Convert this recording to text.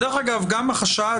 דרך אגב, גם החשד